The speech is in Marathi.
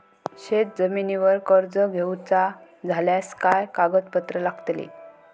शेत जमिनीवर कर्ज घेऊचा झाल्यास काय कागदपत्र लागतली?